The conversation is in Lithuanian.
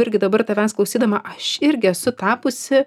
irgi dabar tavęs klausydama aš irgi esu tapusi